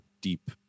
deep